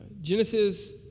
Genesis